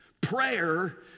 Prayer